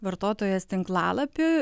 vartotojas tinklalapį